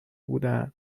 بودن